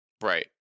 Right